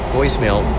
voicemail